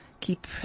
keep